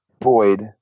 Boyd